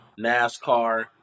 NASCAR